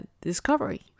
Discovery